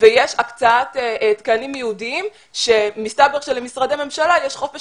ויש הקצאת תקנים ייעודיים שמסתבר שלמשרדי ממשלה יש חופש